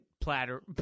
platter